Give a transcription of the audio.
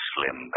Slim